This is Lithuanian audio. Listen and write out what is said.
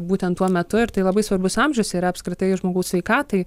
būtent tuo metu ir tai labai svarbus amžius yra apskritai žmogaus sveikatai